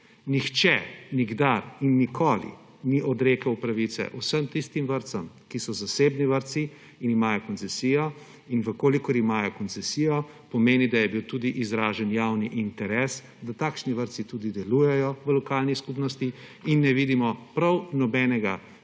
Nihče nikdar in nikoli ni odrekal pravice vsem tistim vrtcem, ki so zasebni vrtci in imajo koncesijo. In če imajo koncesijo, pomeni, da je bil tudi izražen javni interes, da takšni vrtci tudi delujejo v lokalni skupnosti, in ne vidimo prav nobenega